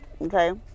okay